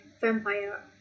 vampire